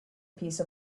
piece